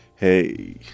Hey